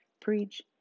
Preach